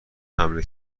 حمله